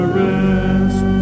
rest